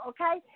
Okay